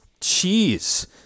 cheese